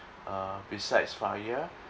uh besides fire